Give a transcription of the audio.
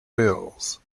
bills